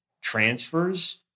transfers